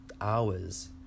hours